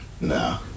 No